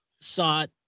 sought